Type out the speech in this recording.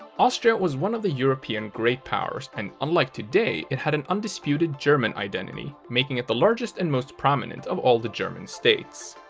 austria was one of the european great powers and unlike today it had an undisputed german identity, making it the largest and most prominent of all the german states.